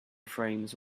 frames